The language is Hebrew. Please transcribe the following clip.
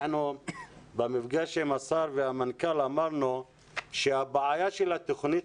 במפגש עם השר והמנכ"ל אמרנו שהבעיה של התוכנית